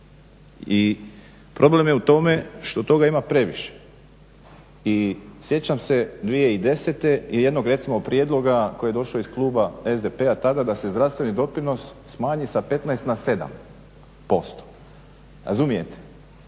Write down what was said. i problem je u tome što toga ima previše i sjećam se 2010. i jednog recimo jednog prijedloga koji je došao iz Kluba SDP-a tada da se zdravstveni doprinos smanji sa 15 na 7% razumijete,